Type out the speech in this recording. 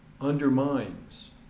undermines